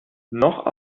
noch